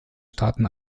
staaten